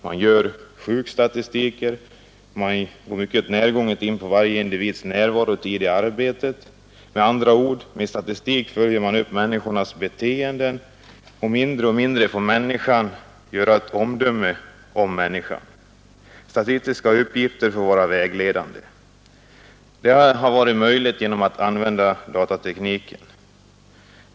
Man gör sjukstatistiker. Man går mycket närgånget in på varje individs närvarotid i arbetet. Med andra ord: med statistik följer man upp människornas beteenden, och mindre och mindre får människan göra ett omdöme om människan. Statistiska uppgifter får vara vägledande. Det har varit möjligt med hjälp av datatekniken.